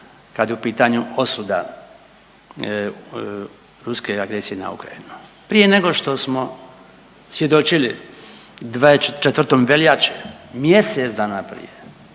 kad je u pitanju osuda ruske agresije na Ukrajinu prije nego što smo svjedoči 24. veljači, mjesec dana prije